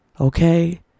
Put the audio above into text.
okay